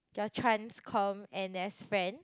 your transcomm N_S friend